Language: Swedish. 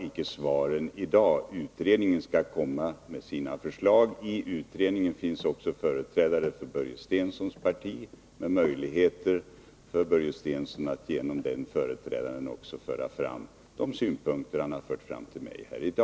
I utredningen finns också företrädare för Börje Stenssons parti, vilket ger Börje Stensson möjlighet att också genom den företrädaren föra fram de synpunkter han har fört fram till mig i dag.